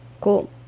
cool